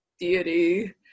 deity